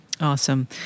Awesome